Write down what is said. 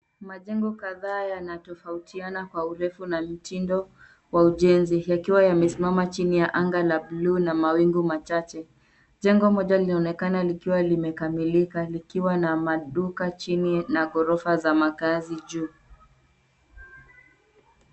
Majengo kadhaa yanatofautiana kwa urefu na mitindo wa ujenzi yakiwa yamesimama chini ya anga la buluu na mawingu machache. Jengo moja linaonekana likiwa limekamilika likiwa na maduka chini na ghorofa za makaazi juu.